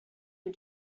you